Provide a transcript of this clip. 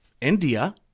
India